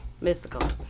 Mystical